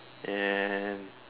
and